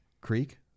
creek